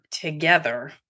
together